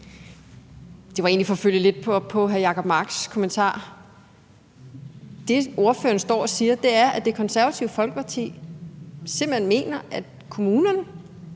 Det var egentlig for at følge lidt op på hr. Jacob Marks kommentar. Det, ordføreren står og siger, er, at Det Konservative Folkeparti simpelt hen mener, at kommunerne